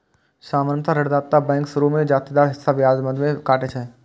सामान्यतः ऋणदाता बैंक शुरू मे जादेतर हिस्सा ब्याज मद मे काटै छै